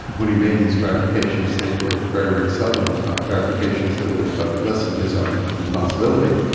when he made these clarifications they were very, very seldom clarifications that would have lessened his own responsibility,